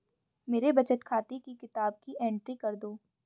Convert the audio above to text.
मेरे बचत खाते की किताब की एंट्री कर दो?